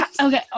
Okay